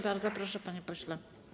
Bardzo proszę, panie pośle.